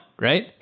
right